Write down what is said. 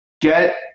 get